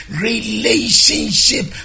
relationship